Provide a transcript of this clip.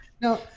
No